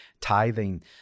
tithing